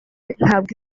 ntabwo